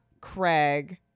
craig